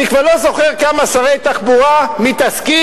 אני כבר לא זוכר כמה שרי תחבורה מתעסקים